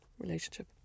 relationship